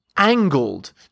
angled